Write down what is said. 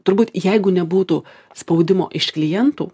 turbūt jeigu nebūtų spaudimo iš klientų